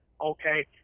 okay